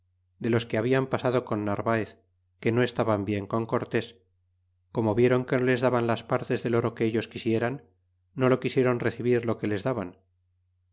de los que habian pasado con narvaez que no estaban bien con cortés corno viéron que no les daban las partes del oro que ellos quisieran no lo quisiéron recebir lo que les daban